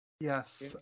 yes